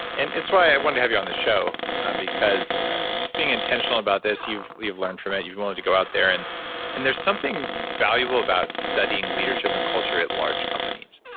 and it's why i want to have you on the show because just being intentional about this, you've you've learned from it, you're willing to go out there and and there's something valuable about studying leadership and culture at large companies.